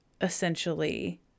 essentially